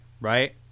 right